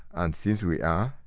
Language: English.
and since we are,